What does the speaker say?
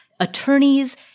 Attorneys